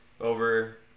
over